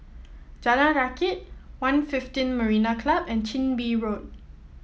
Jalan Rakit One fifteen Marina Club and Chin Bee Road